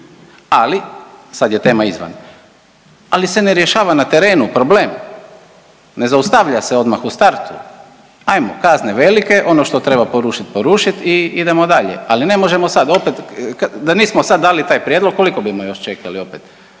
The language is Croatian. Ali sad je tema izvan, ali se ne rješava na terenu problem. Ne zaustavlja se odmah u startu. Hajmo kazne velike, ono što treba porušiti porušiti i idemo dalje. Ali ne možemo sad opet, da nismo sad dali taj prijedlog koliko bimo još čekali opet?